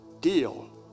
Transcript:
deal